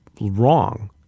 wrong